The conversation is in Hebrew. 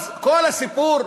אז, כל הסיפור,